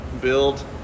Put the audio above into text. build